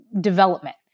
development